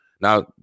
now